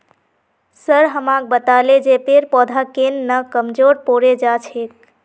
sir हमाक बताले जे पेड़ पौधा केन न कमजोर पोरे जा छेक